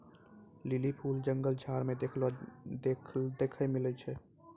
lily फूल जंगल झाड़ मे देखै ले मिलै छै